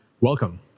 Welcome